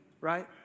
right